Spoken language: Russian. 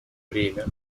бремя